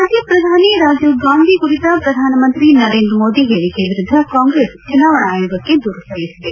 ಮಾಜಿ ಪ್ರಧಾನಿ ರಾಜೀವ್ಗಾಂಧಿ ಕುರಿತ ಪ್ರಧಾನಮಂತ್ರಿ ನರೇಂದ್ರ ಮೋದಿ ಹೇಳಿಕೆಯ ವಿರುದ್ದ ಕಾಂಗ್ರೆಸ್ ಚುನಾವಣಾ ಆಯೋಗಕ್ಕೆ ದೂರು ಸಲ್ಲಿಸಿದೆ